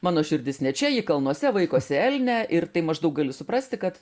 mano širdis ne čia ji kalnuose vaikosi elnią ir tai maždaug gali suprasti kad